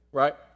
right